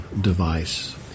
device